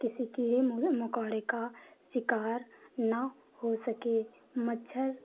किसी कीड़े मकोड़े का शिकार न हो सके मच्छर